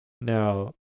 now